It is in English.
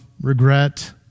regret